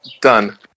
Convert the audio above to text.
done